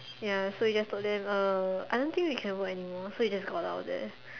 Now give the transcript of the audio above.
ya so we just told them uh I don't think we can work anymore so we just got out of there